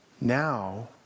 now